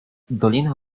dolina